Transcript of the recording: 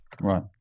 Right